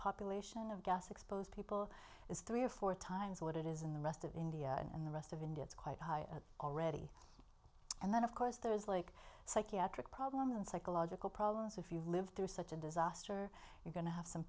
population of gas exposed people is three or four times what it is in the rest of india and the rest of india is quite high already and then of course there's like psychiatric problems and psychological problems if you live through such a disaster you're going to have some